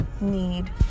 need